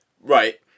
Right